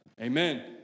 amen